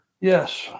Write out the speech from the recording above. Yes